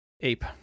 ape